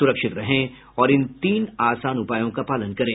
सुरक्षित रहें और इन तीन आसान उपायों का पालन करें